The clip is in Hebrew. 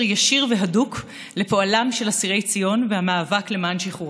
ישיר והדוק לפועלם של אסירי ציון והמאבק למען שחרורם.